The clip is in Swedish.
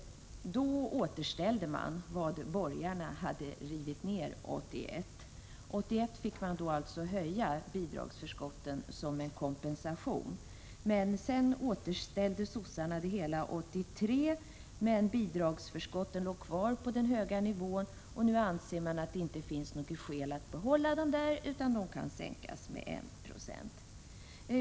Då återställde man vad borgarna hade rivit ned 1981. År 1981 fick man alltså höja bidragsförskotten som en kompensation. Sedan återställdes socialdemokraterna det hela 1983. Men bidragsförskotten låg kvar på den höga nivån, och nu anser man att det inte finns något skäl att behålla den på den nivån, utan det kan sänkas med 1 96.